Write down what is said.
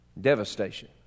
Devastation